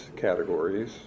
categories